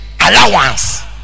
allowance